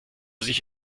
sich